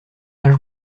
linge